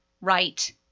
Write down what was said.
right –